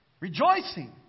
Rejoicing